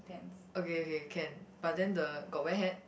okay okay can but then the got wear hat